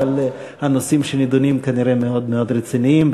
אבל הנושאים שנדונים כנראה מאוד מאוד רציניים,